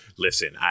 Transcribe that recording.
Listen